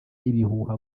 ibihuha